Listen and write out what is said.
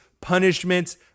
punishments